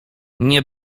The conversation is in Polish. nie